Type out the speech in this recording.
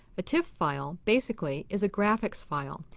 a tiff file, basically, is a graphics file,